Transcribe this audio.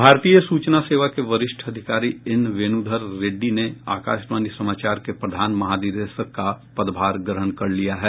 भारतीय सूचना सेवा के वरिष्ठ अधिकारी एन वेणुधर रेड्डी ने आकाशवाणी समाचार के प्रधान महानिदेशक का पदभार ग्रहण कर लिया है